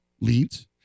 leads